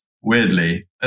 weirdly